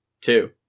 two